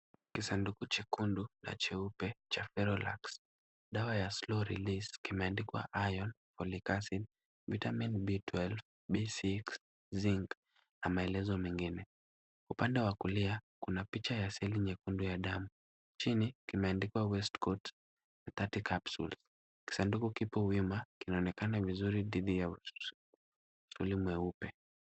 Kisanduku chekundu na cheupe cha Ferolax, dawa ya slow release , kimeadikwa iron, follic acid, vitamin B12, B6, zinc na maelezo mengine. Upande wa kulia kuna picha ya seli nyekundu ya damu. Chini kimeandikwa West-Coast thirty capsule . Kisanduku kipo wima, kinaonekana vizuri dhidi ya usuli mweupe.